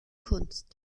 kunst